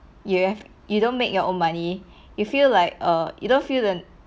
you have you don't make your own money you feel like err you don't feel the